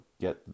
get